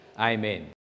Amen